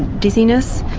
dizziness,